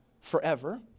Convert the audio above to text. forever